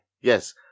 Yes